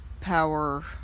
power